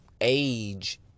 age